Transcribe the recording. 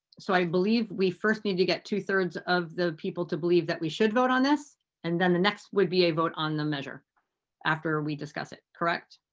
so i believe we first need to get two-thirds of the people to believe that we should vote on this and the next would be a vote on the measure after we discuss it, correct?